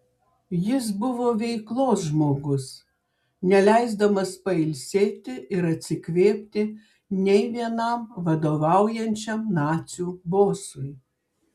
jis buvo veiklos žmogus neleisdamas pailsėti ir atsikvėpti nei vienam vadovaujančiam nacių bosui